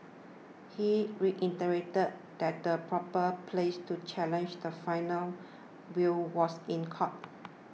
he reiterated that the proper place to challenge the final will was in court